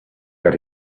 that